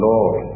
Lord